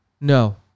no